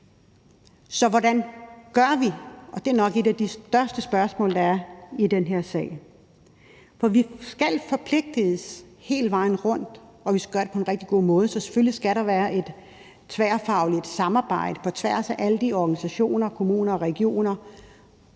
Så hvordan gør vi? Det er nok et af de største spørgsmål, der er i den her sag. For vi skal forpligtes hele vejen rundt, og vi skal gøre det på en rigtig god måde, så selvfølgelig skal der være et tværfagligt samarbejde på tværs af alle de organisationer, kommuner og regioner,